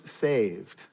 saved